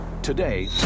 Today